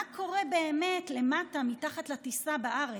מה קורה באמת למטה, מתחת לטיסה, בארץ?